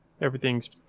everything's